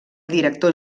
director